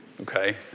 Okay